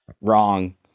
Wrong